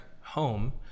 home